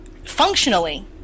functionally